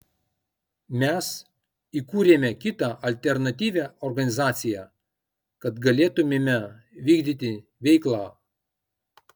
mes įkūrėme kitą alternatyvią organizaciją kad galėtumėme vykdyti veiklą